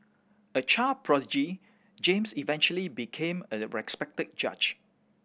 a child prodigy James eventually became a respected judge